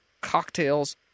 cocktails